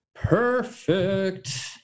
Perfect